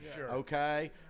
okay